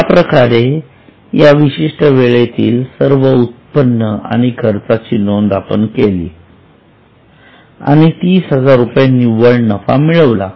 अशाप्रकारे या विशिष्ट वेळेतील सर्व उत्पन्न आणि खर्चाची नोंद आपण केली आणि तीस हजार रुपये निव्वळ नफा मिळवला